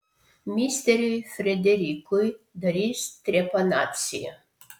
misteriui frederikui darys trepanaciją